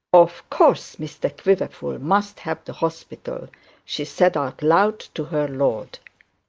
of course mr quiverful must have the hospital she said out loud to her lord.